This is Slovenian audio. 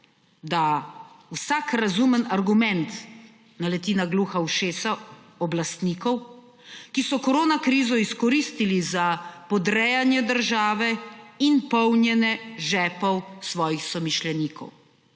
da vsak razumen argument naleti na gluha ušesa oblastnikov, ki so koronakrizo izkoristili za podrejanje države in polnjenje žepov svojih somišljenikov.